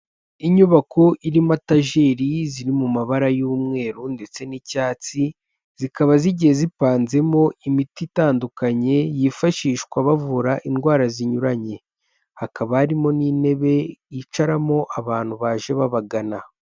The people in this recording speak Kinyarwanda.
Inyubako irimo etajeri ziri mu mabara y'umweru ndetse n'icyatsi, zikaba zigiye zipanzemo imiti itandukanye yifashishwa bavura indwara zinyuranye, hakaba harimo n'intebe yicaramo abantu baje babagana.